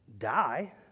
die